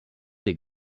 des